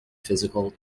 physical